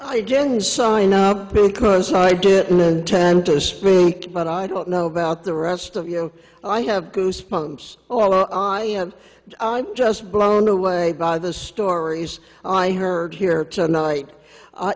jens sign up because i didn't intend to speak but i don't know about the rest of you know i have goosebumps all i am i'm just blown away by the stories i heard here tonight